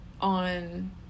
on